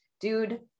dude